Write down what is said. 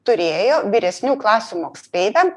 turėjo vyresnių klasių moksleiviam